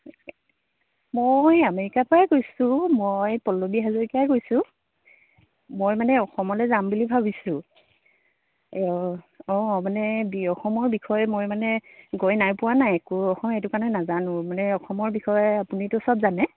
মই আমেৰিকাপৰাই কৈছোঁ মই পল্ললী হাজৰিকাই কৈছোঁ মই মানে অসমলৈ যাম বুলি ভাবিছোঁ অঁ মানে অসমৰ বিষয়ে মই মানে গৈ নাই পোৱা নাই একো অসম এইটো কাৰণে নাজানো মানে অসমৰ বিষয়ে আপুনিটো চব জানে